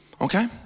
okay